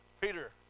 Peter